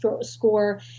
score